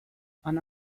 ana